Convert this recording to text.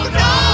no